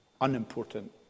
unimportant